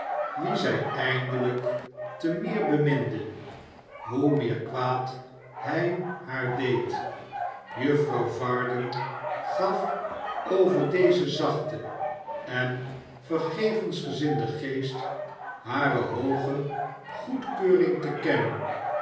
wien zij emdehjk te meer beminde hoe meer kwaad hij haar deed juffrouw varden gaf over dezen zachten en vergevensgezinden geest hare hooge goedkeuring te kennen